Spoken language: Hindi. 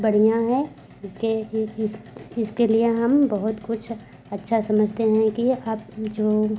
बढ़िया है इसके इस इसके लिए हम बहुत कुछ अच्छा समझते हैं कि अब जो